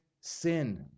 sin